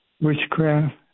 witchcraft